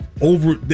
over